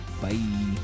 Bye